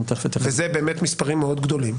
ואלה באמת מספרים מאוד גדולים.